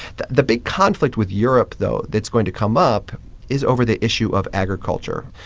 the the big conflict with europe, though, that's going to come up is over the issue of agriculture.